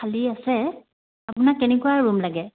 খালী আছে আপোনাক কেনেকুৱা ৰুম লাগে